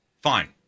fine